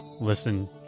listen